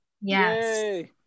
Yes